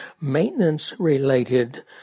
maintenance-related